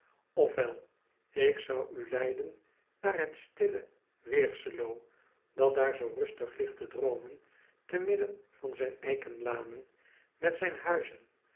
wel ik zou u leiden naar het stille eerselo dat daar zoo rustig ligt te droomen te midden van zijn eikenlanen met zijn huizen